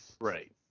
Right